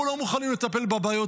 אנחנו לא מוכנים לטפל בבעיות,